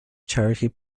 charity